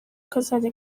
kazajya